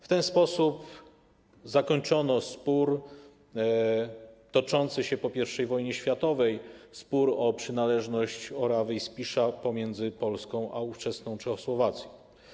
W ten sposób zakończono spór toczący się po I wojnie światowej, spór o przynależność Orawy i Spiszu pomiędzy Polską a ówczesną Czechosłowacją.